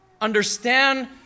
understand